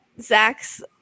Zach's